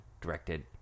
directed